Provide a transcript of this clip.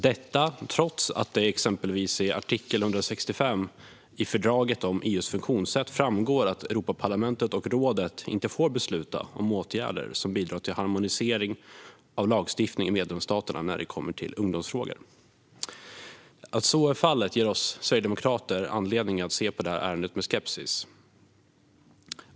Ändå framgår det i exempelvis artikel 165 i fördraget om EU:s funktionssätt att Europaparlamentet och rådet inte får besluta om åtgärder som bidrar till harmonisering av lagstiftning i medlemsstaterna när det gäller ungdomsfrågor. Att så ändå sker ger Sverigedemokraterna anledning att se på ärendet med skepsis.